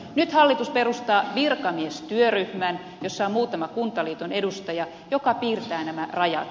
nyt hallitus perustaa virkamiestyöryhmän jossa on muutama kuntaliiton edustaja ja joka piirtää nämä rajat